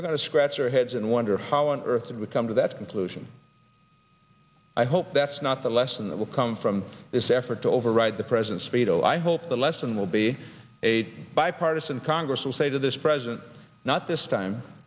to scratch our heads and wonder how on earth did we come to that conclusion i hope that's not the lesson that will come from this effort to override the president speedo i hope the lesson will be a bipartisan congress will say to this president not this time